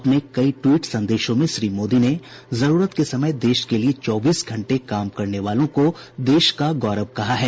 अपने कई ट्वीट संदेशों में श्री मोदी ने जरूरत के समय देश के लिए चौबीस घंटे काम करने वालों को देश का गौरव कहा है